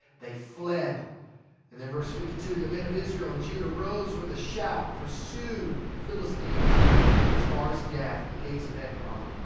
they fled and then verse fifty two, the men of israel and judah rose with a shout, pursued the philistines as far as gath and the gates of ekron,